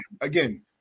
again